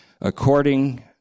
According